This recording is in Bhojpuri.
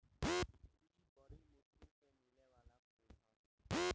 इ बरी मुश्किल से मिले वाला फूल ह